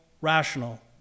rational